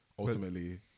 Ultimately